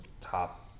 top